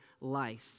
life